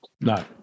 No